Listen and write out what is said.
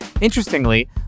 Interestingly